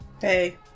Hey